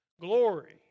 glory